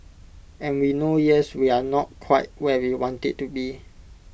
and we know yes we are not quite where we want IT to be